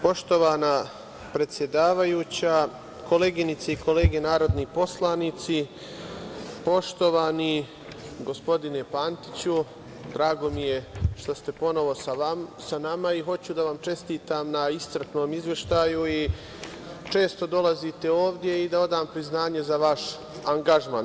Poštovana predsedavajuća, koleginice i kolege narodni poslanici, poštovani gospodine Pantiću, drago mi je što ste ponovo sa nama i hoću da vam čestitam na iscrpnom izveštaju, često dolazite ovde, i da odam priznanje za vaš angažman.